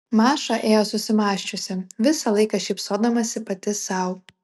maša ėjo susimąsčiusi visą laiką šypsodamasi pati sau